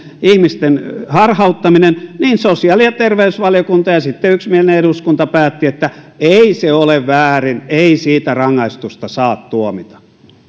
ihmisten harhauttaminen niin sosiaali ja terveysvaliokunta ja sitten yksimielinen eduskunta päättivät että ei se ole väärin ei siitä rangaistusta saa tuomita